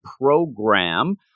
program